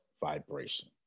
vibration